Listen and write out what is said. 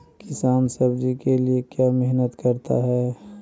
किसान सब्जी के लिए क्यों मेहनत करता है?